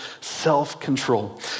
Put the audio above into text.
self-control